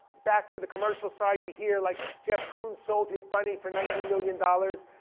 back to the commercial side, you hear like jeff koons sold his bunny for ninety million dollars.